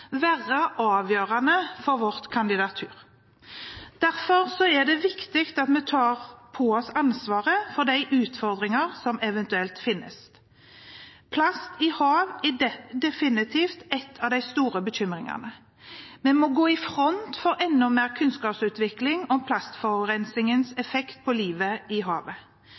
være avgjørende for vårt kandidatur. Derfor er det viktig at vi tar på oss ansvaret for de utfordringer som eventuelt finnes. Plast i hav er definitivt en av de store bekymringene. Vi må gå i front for enda mer kunnskapsutvikling om plastforurensingens effekt på livet i havet.